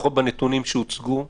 הגיע דוח עם נתונים שהוצגו ב-6,